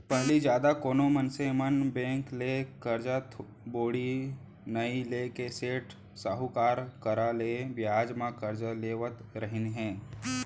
पहिली जादा कोनो मनसे मन बेंक ले करजा बोड़ी नइ लेके सेठ साहूकार करा ले बियाज म करजा लेवत रहिन हें